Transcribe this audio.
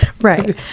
Right